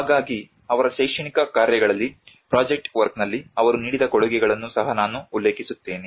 ಹಾಗಾಗಿ ಅವರ ಶೈಕ್ಷಣಿಕ ಕಾರ್ಯಗಳಲ್ಲಿ ಪ್ರಾಜೆಕ್ಟ್ ವರ್ಕ್ನಲ್ಲಿ ಅವರು ನೀಡಿದ ಕೊಡುಗೆಗಳನ್ನು ಸಹ ನಾನು ಉಲ್ಲೇಖಿಸುತ್ತೇನೆ